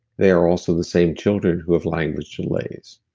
they are also the same children who have language delays.